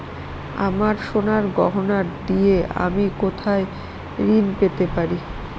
আমার সোনার গয়নার দিয়ে আমি কোথায় ঋণ পেতে পারি?